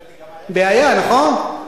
בעיה, נכון?